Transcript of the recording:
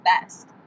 best